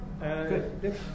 Good